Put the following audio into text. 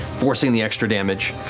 forcing the extra damage.